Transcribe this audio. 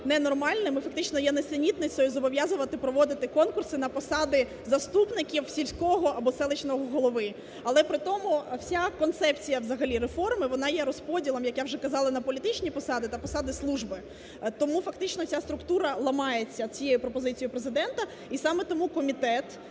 ненормальним і фактично є нісенітницею зобов'язувати проводити конкурси на посади заступників сільського або селищного голови. Але при тому вся концепція взагалі реформи, вона є розподілом, як я вже казала, на політичні посади та посади служби. Тому фактично ця структура ламається цією пропозицією Президента. І саме тому комітет